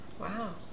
wow